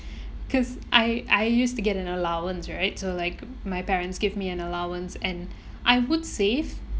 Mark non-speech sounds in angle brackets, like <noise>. <breath> cause I I used to get an allowance right so like my parents gave me an allowance and I would save